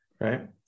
right